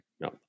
no